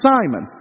Simon